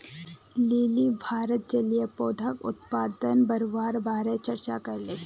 lily भारतत जलीय पौधाक उत्पादन बढ़वार बारे चर्चा करले